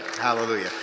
Hallelujah